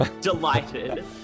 delighted